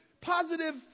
positive